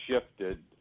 shifted